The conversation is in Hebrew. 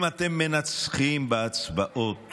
אם אתם מנצחים בהצבעות